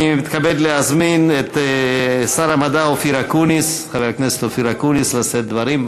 אני מתכבד להזמין את שר המדע חבר הכנסת אופיר אקוניס לשאת דברים.